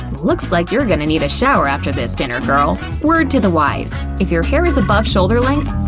looks like you're gonna need a shower after this dinner, girl. word to the wise if your hair is above shoulder length,